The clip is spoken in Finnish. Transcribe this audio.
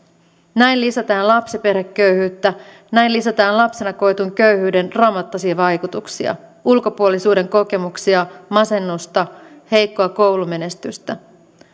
näin lisätään lapsiperheköyhyyttä näin lisätään lapsena koetun köyhyyden dramaattisia vaikutuksia ulkopuolisuuden kokemuksia masennusta heikkoa koulumenestystä